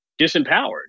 disempowered